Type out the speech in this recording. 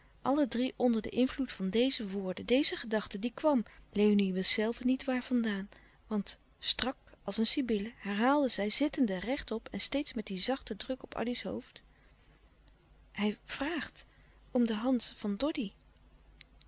allen drie onder den invloed van deze woorden deze gedachte die kwam léonie wist zelve niet waar vandaan want strak als een sybille herhaalde zij zittende recht op en steeds met dien zachten druk op addy's hoofd louis couperus de stille kracht hij vraagt om de hand van doddy